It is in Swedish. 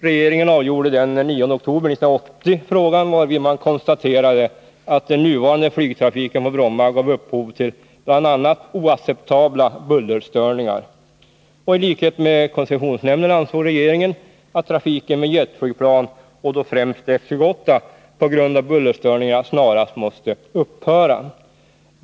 Regeringen avgjorde den 9 oktober 1980 frågan, varvid man konstaterade att den nuvarande flygtrafiken på Bromma gav upphov till bl.a. oacceptabla bullerstörningar. I likhet med koncessionsnämnden ansåg regeringen att trafiken med jetflygplan och då främst F-28 på grund av bullerstörningarna snarast måste upphöra.